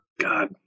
God